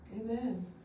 Amen